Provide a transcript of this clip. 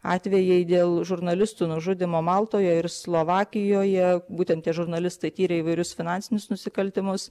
atvejai dėl žurnalistų nužudymo maltoje ir slovakijoje būtent tie žurnalistai tyrė įvairius finansinius nusikaltimus